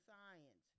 Science